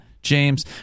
James